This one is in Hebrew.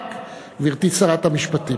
רק, גברתי שרת המשפטים,